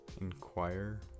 Inquire